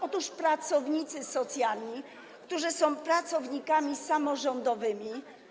Otóż pracownicy socjalni, którzy są pracownikami samorządowymi.